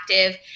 active